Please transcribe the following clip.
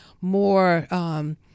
more